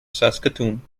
saskatoon